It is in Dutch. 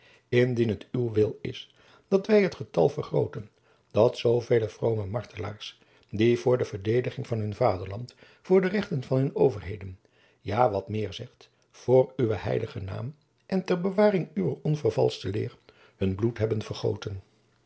indien het uw wil is dat wij het getal vergrooten van zoovele vroome martelaars die voor de verdediging van hun vaderland voor de rechten van hunne overheden ja wat meer zegt voor uwen heiligen naam en ter bewaring uwer onvervalschte leer hun bloed hebben vergoten